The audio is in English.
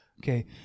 Okay